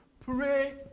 pray